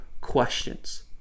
questions